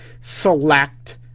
select